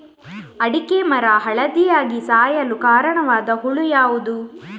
ಅಡಿಕೆ ಮರ ಹಳದಿಯಾಗಿ ಸಾಯಲು ಕಾರಣವಾದ ಹುಳು ಯಾವುದು?